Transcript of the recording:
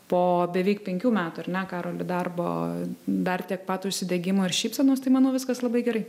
po beveik penkių metų ar ne karoli darbo dar tiek pat užsidegimo ir šypsenos tai manau viskas labai gerai